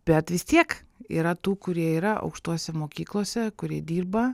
bet vis tiek yra tų kurie yra aukštose mokyklose kurie dirba